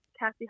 Cassie